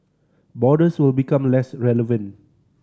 borders will become less relevant